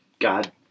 God